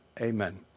Amen